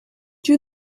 you